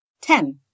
Ten